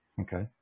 okay